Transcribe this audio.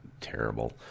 terrible